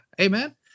Amen